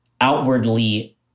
outwardly